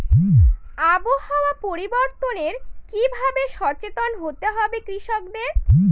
আবহাওয়া পরিবর্তনের কি ভাবে সচেতন হতে হবে কৃষকদের?